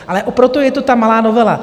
Ale proto je to ta malá novela.